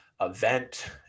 event